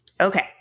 Okay